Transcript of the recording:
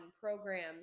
programs